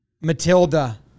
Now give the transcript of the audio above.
Matilda